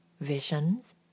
visions